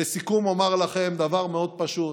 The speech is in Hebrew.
לסיכום, אומר לכם דבר מאוד פשוט: